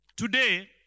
Today